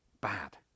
bad